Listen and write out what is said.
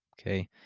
Okay